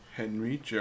Henry